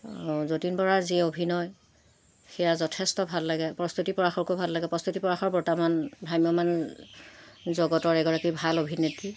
যতীন বৰাৰ যি অভিনয় সেয়া যথেষ্ট ভাল লাগে প্ৰস্তুতি পৰাশৰকো ভাল লাগে প্ৰস্তুতি পৰাশৰ বৰ্তমান ভ্ৰাম্যমান জগতৰ এগৰাকী ভাল অভিনেত্ৰী